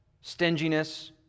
stinginess